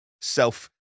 self